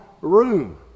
room